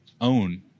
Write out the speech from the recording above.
own